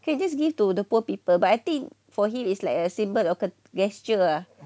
can just give to the poor people but I think for him is like a simple gesture